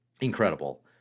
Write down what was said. Incredible